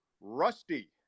Rusty